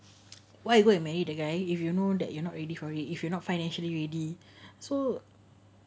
why you go and marry the guy if you know that you're not ready for it if you're not financially already so